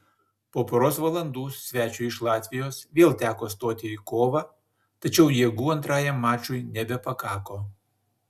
po poros valandų svečiui iš latvijos vėl teko stoti į kovą tačiau jėgų antrajam mačui nebepakako